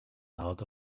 out